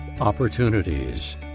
opportunities